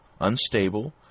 unstable